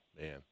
man